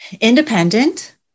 independent